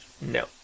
No